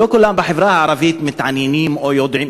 לא כולם בחברה הערבית מתעניינים או יודעים.